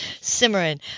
simmering